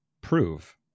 prove